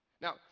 Now